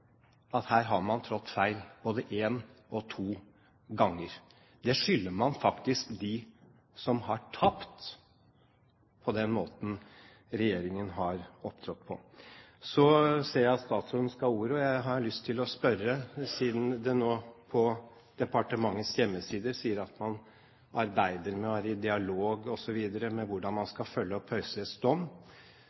at her har man trådt feil både en og to ganger, det skylder man faktisk dem som har tapt på den måten regjeringen har opptrådt på. Så ser jeg at statsråden skal ha ordet. Jeg har lyst til å spørre om, siden de nå på departementets hjemmesider sier at man arbeider med, er i dialog osv., hvordan man skal følge opp